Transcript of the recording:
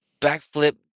backflip